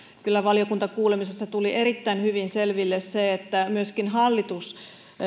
kyllä valiokuntakuulemisessa tuli erittäin hyvin selville se että myöskin hallitus